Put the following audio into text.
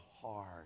hard